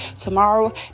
tomorrow